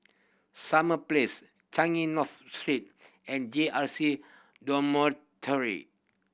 Summer Place Changi North Street and J R C Dormitory